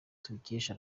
tubikesha